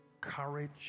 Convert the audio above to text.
courage